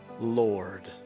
Lord